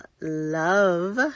love